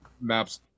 maps